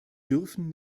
dürfen